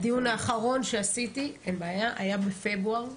הדיון האחרון שעשיתי היה בפברואר,